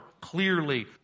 clearly